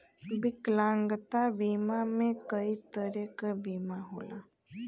विकलांगता बीमा में कई तरे क बीमा होला